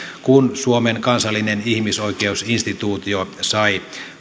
kun suomen kansallinen ihmisoikeusinstituutio sai